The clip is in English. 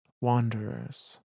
wanderers